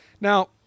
Now